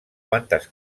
quantes